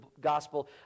gospel